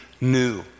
new